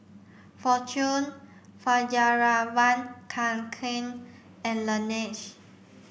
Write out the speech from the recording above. Fortune Fjallraven Kanken and Laneige